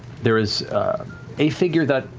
there is a figure that